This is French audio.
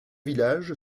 village